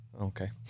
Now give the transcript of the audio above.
Okay